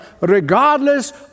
regardless